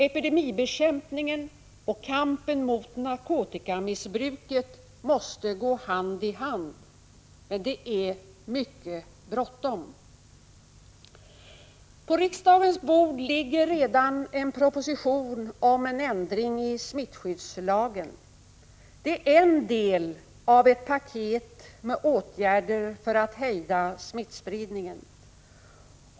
Epidemibekämpningen och kampen mot narkotikamissbruket måste gå hand i hand. Det är mycket bråttom! På riksdagens bord ligger redan en proposition om en ändring i smittskyddslagen. Den är en del av ett paket med åtgärder för att hejda smittspridningen.